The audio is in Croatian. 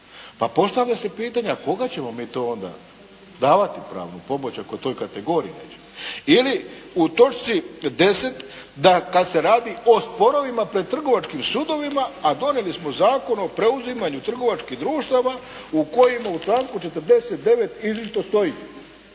Pa postavlja se pitanje, koga ćemo mi onda davati pravnu pomoć ako toj kategoriji nećemo? Je li u točci 10. da kad se radi o sporovima pred Trgovačkim sudovima, a donijeli smo Zakon o preuzimanju trgovačkih društava u kojima u članku 49. izričito stoji: